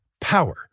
power